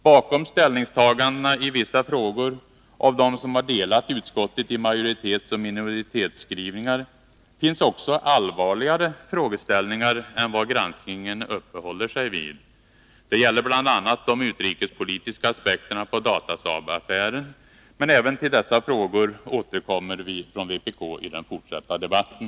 Bakom ställningstagandena i vissa av de frågor som har delat utskottet i majoritetsoch minoritetsskrivningar finns också allvarligare frågeställningar än vad granskningen uppehåller sig vid. Det gäller bl.a. de utrikespolitiska aspekterna på Datasaabaffären. Även till dessa frågor återkommer vi från vpk i den fortsatta debatten.